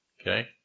Okay